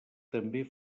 també